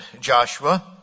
Joshua